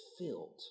filled